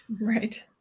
Right